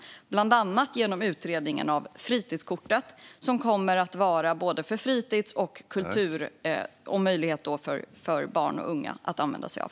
Det gäller bland annat utredningen av fritidskortet, som kommer att gälla både fritids och kulturaktiviteter och vara möjligt för barn och unga att använda sig av.